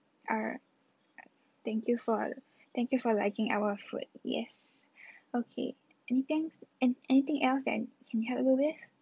alright thank you for thank you for liking our food yes okay anything an~ anything else that I can help you with